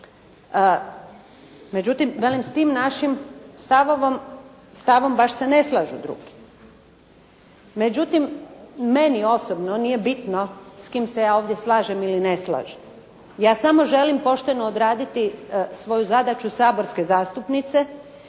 Međutim velim s tim našim stavom baš se ne slažu drugi. Međutim meni osobno nije bitno s kim se ja ovdje slažem ili ne slažem. Ja samo želim pošteno odraditi svoju zadaću saborske zastupnice